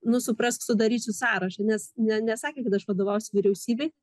nu suprask sudarysiu sąrašą nes ne nesakė kad aš vadovausiu vyriausybei